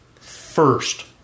first